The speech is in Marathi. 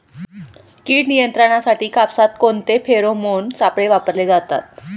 कीड नियंत्रणासाठी कापसात कोणते फेरोमोन सापळे वापरले जातात?